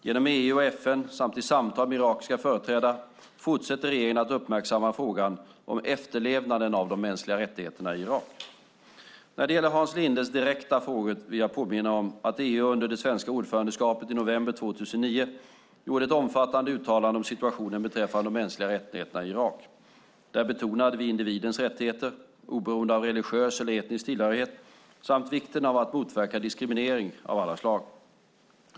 Genom EU och FN samt i samtal med irakiska företrädare fortsätter regeringen att uppmärksamma frågan om efterlevnaden av de mänskliga rättigheterna i Irak. När det gäller Hans Lindes direkta frågor vill jag påminna om att EU under det svenska ordförandeskapet i november 2009 gjorde ett omfattande uttalande om situationen beträffande de mänskliga rättigheterna i Irak. Där betonade vi individens rättigheter, oberoende av religiös eller etnisk tillhörighet, samt vikten av att motverka diskriminering av alla slag.